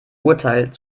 urteil